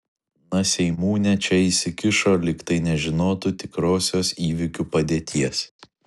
na seimūnė čia įsikišo lyg tai nežinotų tikrosios įvykių padėties